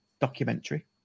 documentary